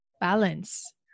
balance